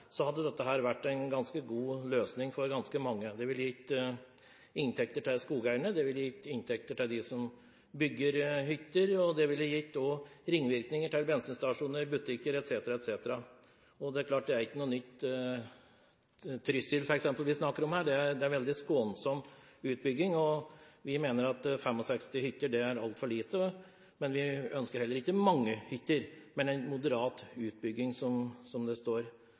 hadde dette for ganske mange vært en ganske god løsning. Det ville gitt inntekter til skogeierne, det ville gitt inntekter til dem som bygger hytter, og det ville også gitt ringvirkninger til bensinstasjoner, butikker etc., etc. Det er klart at dette ikke er noe nytt. I f.eks. Trysil, som vi snakker om her, er det en veldig skånsom utbygging. Vi mener at 65 hytter er altfor lite. Vi ønsker heller ikke mange hytter, men en moderat utbygging, som det står.